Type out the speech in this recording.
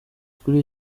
kuri